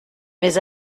mais